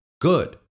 good